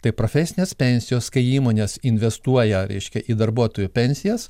tai profesinės pensijos kai įmonės investuoja reiškia į darbuotojų pensijas